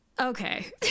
okay